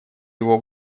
его